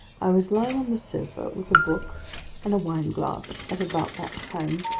i was lying on the sofa, with a book and a wine-glass, at about that time,